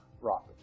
rocket